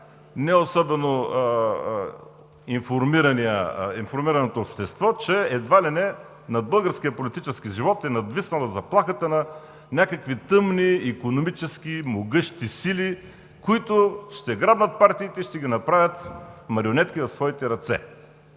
не особено информираното общество, че едва ли не над българския политически живот е надвиснала заплахата на някакви тъмни икономически могъщи сили, които ще грабнат партиите и ще ги направят марионетки в своите ръце.